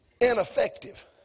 ineffective